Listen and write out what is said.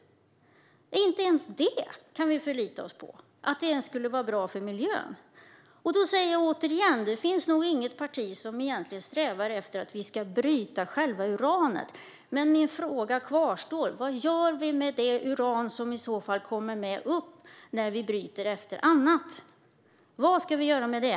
Inte ens att det skulle vara bra för miljön kan vi alltså förlita oss på. Jag säger det återigen: Det finns nog inget parti som egentligen strävar efter att vi ska bryta själva uranet. Men min fråga kvarstår när det gäller vad vi ska göra med det uran som i så fall kommer med upp när vi bryter annat. Vad ska vi göra med det?